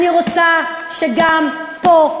אני רוצה שגם פה,